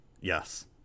yes